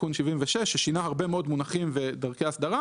תיקון 76 ששינה הרבה מאוד מונחים ודרכי הסדרה,